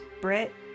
Brit